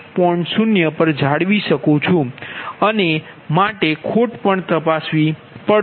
0 પર જાળવી શકું છું અને મારે ખોટ પણ તપાસવી પડશે